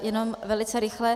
Jenom velice rychle.